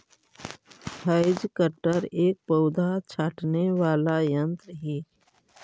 hedge cutter एक पौधा छाँटने वाला यन्त्र ही